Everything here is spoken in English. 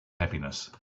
happiness